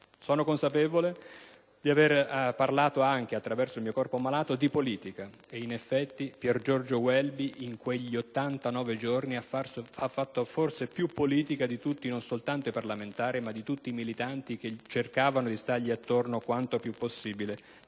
signor Presidente, di averle parlato anche, attraverso il mio corpo malato, di politica...». E in effetti Piergiorgio Welby, in quegli 89 giorni, ha fatto forse più politica non soltanto di tutti i parlamentari, ma anche di tutti i militanti che cercavano di stargli attorno quanto più possibile